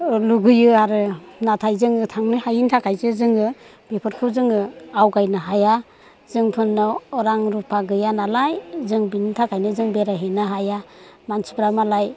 लुगैयो आरो नाथाय जोङो थांनो हायैनि थाखायसो जोङो बेफोरखौ जोङो आवगायनो हाया जोंफोरनाव रां रुफा गैया नालाय जों बेनि थाखायनो जों बेरायहैनो हाया मानसिफ्रा मालाय